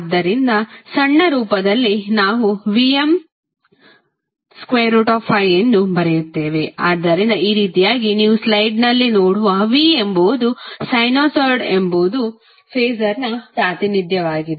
ಆದ್ದರಿಂದ ಸಣ್ಣ ರೂಪದಲ್ಲಿ ನಾವು Vm∠∅ ಎಂದು ಬರೆಯುತ್ತೇವೆ ಆದ್ದರಿಂದ ಈ ರೀತಿಯಾಗಿ ನೀವು ಸ್ಲೈಡ್ನಲ್ಲಿ ನೋಡುವ V ಎಂಬುದು ಸೈನುಸಾಯ್ಡ್ನ ಎಂಬುದು ಫಾಸರ್ ಪ್ರಾತಿನಿಧ್ಯವಾಗಿದೆ